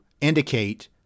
indicate